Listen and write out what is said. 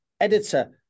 editor